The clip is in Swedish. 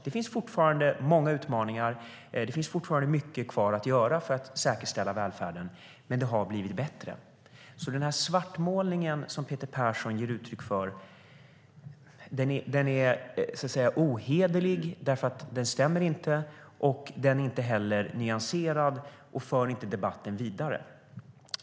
Det finns fortfarande många utmaningar och mycket kvar att göra för att säkerställa välfärden, men det har blivit bättre. Den svartmålning som Peter Persson ägnar sig åt är ohederlig. Den stämmer inte, är inte heller nyanserad och för inte debatten vidare.